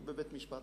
הוא בבית-משפט.